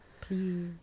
Please